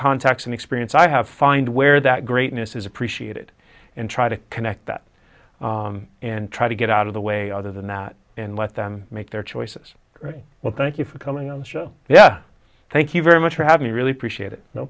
contacts and experience i have find where that greatness is appreciated and try to connect that and try to get out of the way other than that and let them make their choices well thank you for coming on the show yeah thank you very much for having me really appreciate it no